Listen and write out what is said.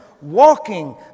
walking